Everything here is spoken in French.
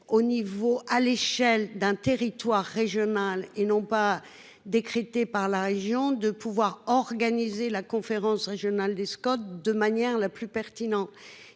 au niveau à l'échelle d'un territoire régional et non pas décrété par la région de pouvoir organiser la conférence régionale des Scott de manière la plus pertinent